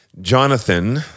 Jonathan